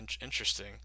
interesting